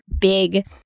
big